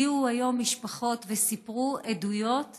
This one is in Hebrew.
הגיעו היום משפחות וסיפרו עדויות